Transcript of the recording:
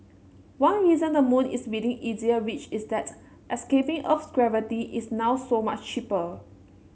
one reason the moon is within easier reach is that escaping Earth's gravity is now so much cheaper